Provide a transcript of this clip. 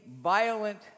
violent